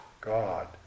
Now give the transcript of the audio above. God